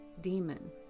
demon